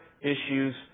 issues